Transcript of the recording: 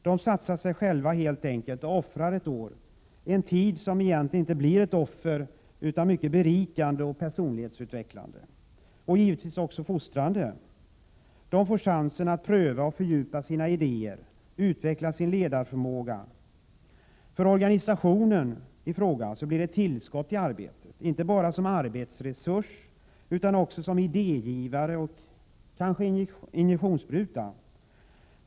De satsar sig själva helt enkelt och offrar ett år — en tid som egentligen inte blir ett offer utan mycket berikande, personlighetsutvecklande och givetvis också fostrande. De får chansen att pröva och fördjupa sina idéer och utveckla sin ledarförmåga. För organisationen i fråga blir de ett tillskott i arbetet, inte bara som arbetsresurs utan också som idégivare och injektionsspruta.